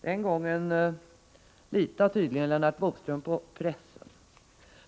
Den gången litade tydligen Lennart Bodström på pressen.